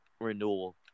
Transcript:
renewal